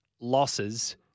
losses